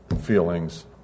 feelings